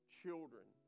children